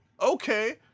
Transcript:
okay